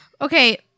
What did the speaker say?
Okay